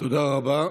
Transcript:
תודה רבה.